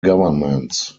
governments